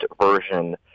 version